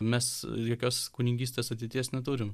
mes jokios kunigystės ateities neturim